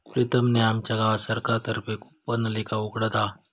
प्रीतम ने आमच्या गावात सरकार तर्फे कूपनलिका उघडत आहे